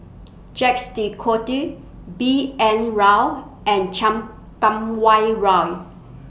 Jacques De Coutre B N Rao and Chan Kum Wah Roy